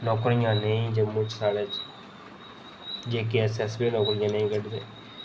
नौकरियां नेईं जम्मू च साढ़े च जेकेऐस्सऐस्सबी नौकरियां निं कढदे